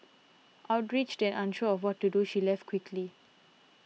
outraged and unsure of what to do she left quickly